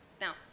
Now